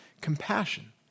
compassion